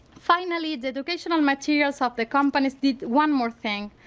finally, the educational materials of the companies did one more thing,